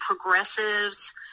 progressives